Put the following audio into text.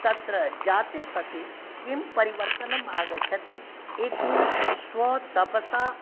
तत्र जाते सति किं परिवर्तनं आगच्छति इति स्वतपसा